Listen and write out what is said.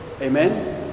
Amen